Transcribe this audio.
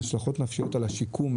השלכות נפשיות על השיקום,